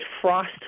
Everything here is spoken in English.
frost